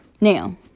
Now